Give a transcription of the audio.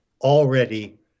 already